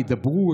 הידברות,